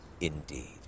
indeed